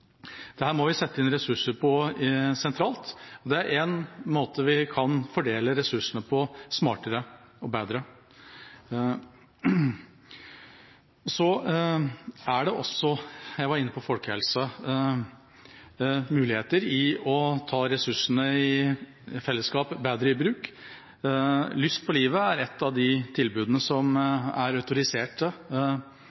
må vi sette inn ressurser på sentralt, og det er én måte vi kan fordele ressursene smartere og bedre på. Så er det også – jeg var inne på folkehelse – muligheter i å ta ressursene bedre i bruk i fellesskap. Lyst på livet er ett av de tilbudene som